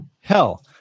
hell